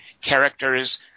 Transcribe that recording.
characters